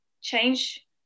change